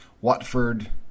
watford